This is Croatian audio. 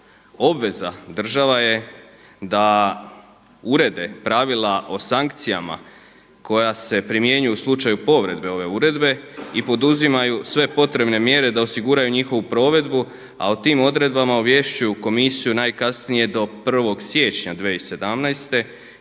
Obveza država je da urede pravila o sankcijama koja se primjenjuju u slučaju povrede ove uredbe i poduzimaju sve potrebne mjere da osiguraju njihovu provedbu, a o tim odredbama ovješćuju Komisiju najkasnije do 1. siječnja 2017.